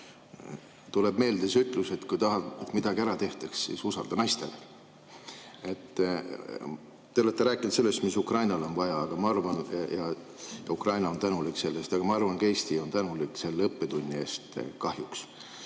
Tuleb meelde ütlus, et kui tahad, et midagi ära tehtaks, siis usalda see naistele. Te olete rääkinud sellest, mida Ukrainale on vaja, ja Ukraina on tänulik selle eest. Aga ma arvan, et ka Eesti on tänulik selle õppetunni eest, mis kahjuks